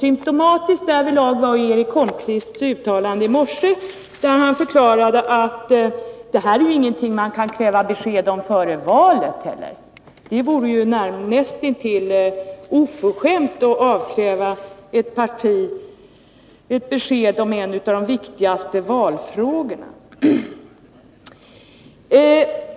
Symtomatiskt därvidlag var Eric Holmqvists uttalande i morse, när han förklarade att det här ju inte är någonting som man kan kräva besked om före valet. Det vore näst intill oförskämt att avkräva ett parti ett besked om en av de viktigaste valfrågorna.